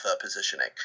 positioning